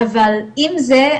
אבל עם זה,